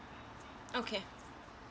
okay